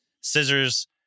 scissors